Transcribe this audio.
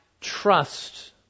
Trust